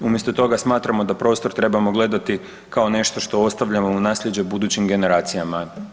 Umjesto toga smatramo da prostor trebamo gledati kao nešto što ostavljamo u nasljeđe budućim generacijama.